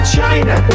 China